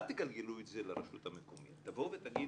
אל תגלגלו את זה לרשות המקומית אלא תבואו ותאמרו,